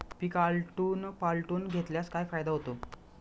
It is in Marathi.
पीक आलटून पालटून घेतल्यास काय फायदा होतो?